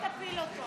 נתקבל.